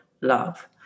love